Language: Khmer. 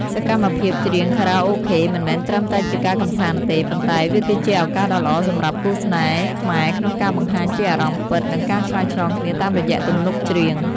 សកម្មភាពច្រៀងខារ៉ាអូខេ មិនមែនត្រឹមតែជាការកម្សាន្តទេ ប៉ុន្តែវាគឺជាឱកាសដ៏ល្អសម្រាប់គូស្នេហ៍ខ្មែរក្នុងការបង្ហាញពីអារម្មណ៍ពិត និងការឆ្លើយឆ្លងគ្នាតាមរយៈទំនុកច្រៀង។